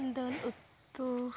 ᱫᱟᱹᱞ ᱩᱛᱩ